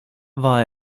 war